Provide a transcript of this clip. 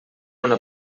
una